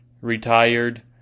retired